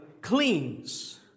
cleans